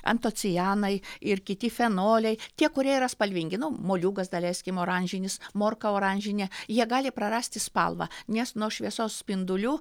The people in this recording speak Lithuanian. antocianai ir kiti fenoliai tie kurie yra spalvingi nu moliūgas daleiskim oranžinis morka oranžinė jie gali prarasti spalvą nes nuo šviesos spindulių